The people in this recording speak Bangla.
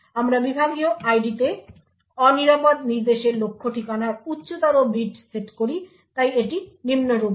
আমরা বিভাগীয় ID তে অনিরাপদ নির্দেশের লক্ষ্য ঠিকানার উচ্চতর বিট সেট করি তাই এটি নিম্নরূপ হয়